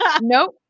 nope